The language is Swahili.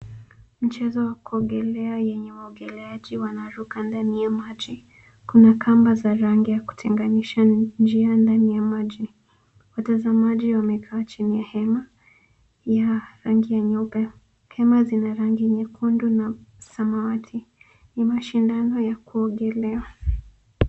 Mchezo wa kuogelea yenye waogeleaji wanaruka ndani ya maji. Kuna kamba za rangi ya kutenganisha njia ndani ya maji. Watazamaji wamekaa chini ya hema ya rangi ya nyeupe. Hema zina rangi nyekundu na samawati. Ni mashindano ya kuogelea.